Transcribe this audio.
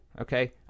okay